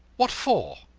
what for?